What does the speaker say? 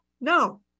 No